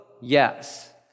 yes